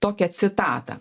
tokią citatą